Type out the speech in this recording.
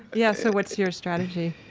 yeah, so what's your strategy?